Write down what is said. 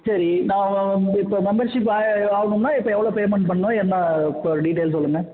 சரி நான் வந்து இப்போ மெம்பர்ஷிப் ஆகணும்னா இப்போ எவ்வளோ பேமெண்ட் பண்ணணும் என்ன ப டீடெயில்ஸ் சொல்லுங்க